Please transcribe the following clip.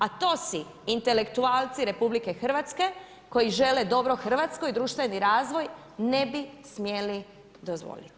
A to si intelektualci RH koji žele dobro Hrvatskoj, društveni razvoj, ne bi smjeli dozvoliti.